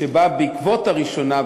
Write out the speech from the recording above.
שבאה בעקבות הראשונה,